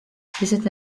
cet